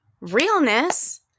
Realness